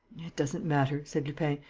it doesn't matter, said lupin,